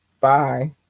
Bye